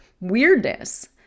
weirdness